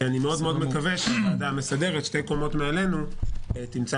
ואני מקווה שהוועדה המסגרת שתי קומות מעלינו תמצא